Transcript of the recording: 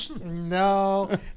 No